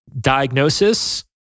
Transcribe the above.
diagnosis